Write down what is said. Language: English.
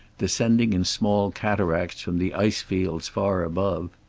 descending in small cataracts from the ice fields far above.